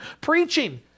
preaching